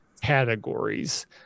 categories